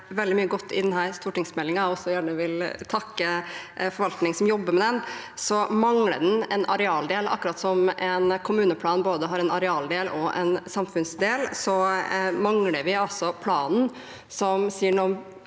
det er veldig mye godt i denne stortingsmeldingen – jeg også vil gjerne takke forvaltningen som jobber med den – mangler den en arealdel. Akkurat som en kommuneplan har både en arealdel og en samfunnsdel, mangler vi altså at planen sier noe